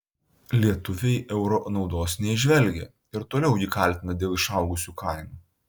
lietuviai euro naudos neįžvelgia ir toliau jį kaltina dėl išaugusių kainų